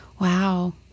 Wow